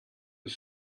aux